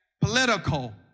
political